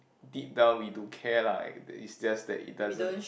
deep down we do care lah it's just that it doesn't